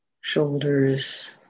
shoulders